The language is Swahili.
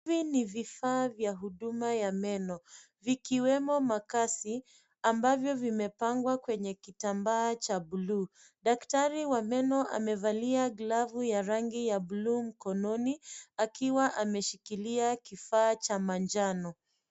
Hivi ni vifaa vya huduma ya meno vikiwemo makasi ambavyo vimepangwa kwenye kitambaa cha bluu. Daktari wa meno amevalia glavu ya rangi ya bluu mkononi akiwa ameshikilia kifaa cha manjano.